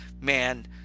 Man